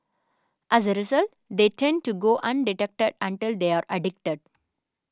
as a result they tend to go undetected until they are addicted